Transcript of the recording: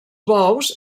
bous